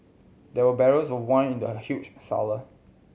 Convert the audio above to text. there were barrels of wine in the huge cellar